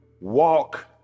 walk